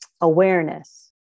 awareness